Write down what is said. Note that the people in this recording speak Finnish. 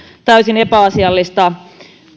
täysin epäasiallista